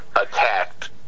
attacked